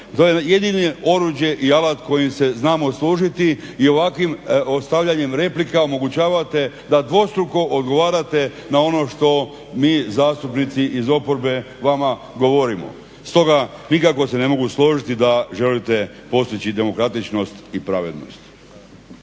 jedino oruđe i alat s kojim se znamo služiti i ovakvim ostavljanjem replika omogućavate da dvostruko odgovarate na ono što mi zastupnici iz oporbe vama govorimo. Stoga nikako se ne mogu složiti da želite postići demokratičnost i pravednost.